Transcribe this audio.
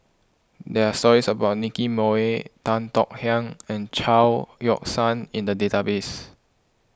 there are stories about Nicky Moey Tan Tong Hye and Chao Yoke San in the database